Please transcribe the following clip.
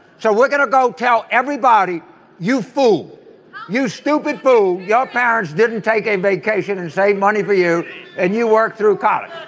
so we're going to go tell everybody you fool you stupid fool. your parents didn't take a vacation and saved money for you and you work through college.